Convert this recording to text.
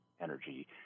energy